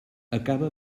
acaba